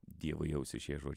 dievui į ausį šie žodžiai